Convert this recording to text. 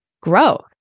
grow